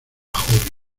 joven